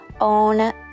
own